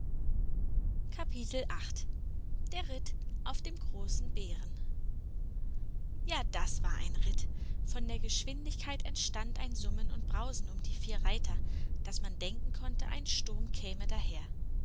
der ritt auf dem großen bären ja das war ein ritt von der geschwindigkeit entstand ein summen und brausen um die vier reiter daß man denken konnte ein sturm käme daher